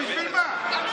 בשביל מה?